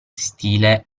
stile